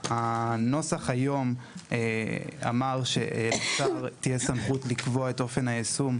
בנוסח של היום נקבע שהסמכות לקבוע את אופן היישום,